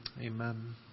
Amen